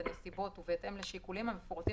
בנסיבות ובהתאם לשיקולים המפורטים